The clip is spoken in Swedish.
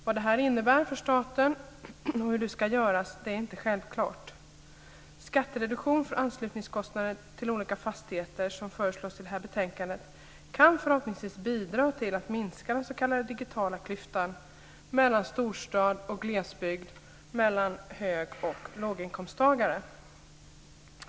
Vad detta innebär för staten och hur det ska göras är inte självklart. Den skattereduktion för kostnader för anslutning till olika fastigheter som föreslås i detta betänkande kan förhoppningsvis bidra till att den s.k. digitala klyftan minskas mellan storstad och glesbygd samt mellan hög och låginkomsttagare.